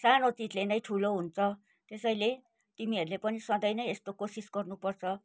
सानो चिजले नै ठुलो हुन्छ त्यसैले तिमीहरूले पनि सधैँ नै यस्तो कोसिस गर्नुपर्छ